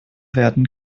werden